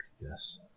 yes